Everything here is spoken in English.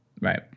Right